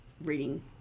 reading